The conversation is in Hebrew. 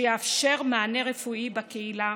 שיאפשר מענה רפואי בקהילה